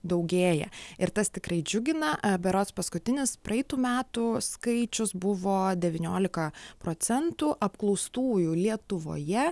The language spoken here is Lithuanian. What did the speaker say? daugėja ir tas tikrai džiugina a berods paskutinis praeitų metų skaičius buvo devyniolika procentų apklaustųjų lietuvoje